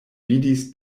vidis